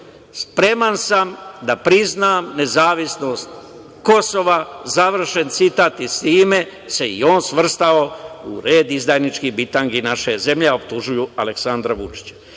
„Spreman sam da priznam nezavisnost Kosova“ i sa time se i on svrstao u red izdajničkih bitangi naše zemlje, a optužuju Aleksandra Vučića. Čedo